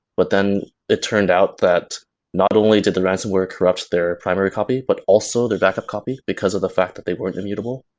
but then it turned out that not only did the ransomware corrupted their primary copy but also their backup copy because of the fact that they weren't immutable.